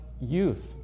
youth